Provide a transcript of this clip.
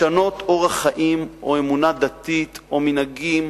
לשנות אורח חיים, אמונה דתית או מנהגים